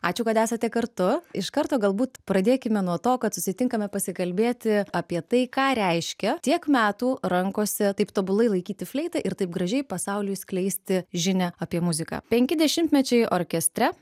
ačiū kad esate kartu iš karto galbūt pradėkime nuo to kad susitinkame pasikalbėti apie tai ką reiškia tiek metų rankose taip tobulai laikyti fleitą ir taip gražiai pasauliui skleisti žinią apie muziką penki dešimtmečiai orkestre